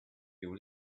you